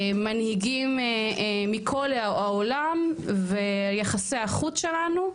מנהיגים מכל העולם ויחסי החוץ שלנו,